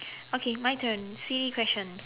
okay my turn silly question